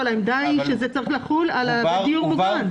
אבל העמדה היא שזה צריך לחול על הדיור המוגן.